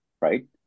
right